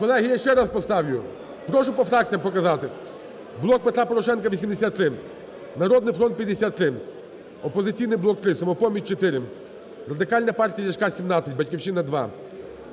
Колеги, я ще раз поставлю. Прошу по фракціях показати. "Блок Петра Порошенка" – 83, "Народний фронт" – 53, "Опозиційний блок" – 3, "Самопоміч" – 4, Радикальна партія – 17, "Батьківщина"